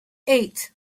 eight